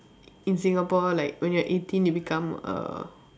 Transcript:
in singapore like when you are eighteen you become a